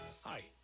Hi